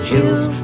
Hills